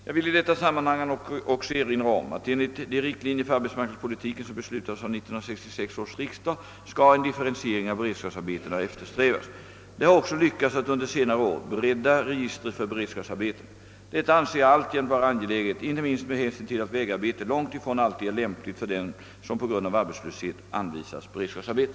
Jag vill i detta sammanhang också erinra om att enligt de riktlinjer för arbetsmarknadspolitiken som beslutades av 1966 års riksdag en differentiering av beredskapsarbetena skall eftersträvas. Det har också lyckats att under senare år bredda registret för beredskapsarbetena. Detta anser jag alltjämt vara angeläget, inte minst med hänsyn till att vägarbete långt ifrån alltid är lämpligt för den som på grund av arbetslöshet anvisas beredskapsarbete.